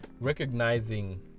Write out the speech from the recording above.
recognizing